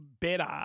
better